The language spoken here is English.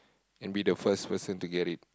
and be the first person to get it